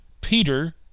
peter